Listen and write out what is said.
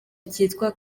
kitwa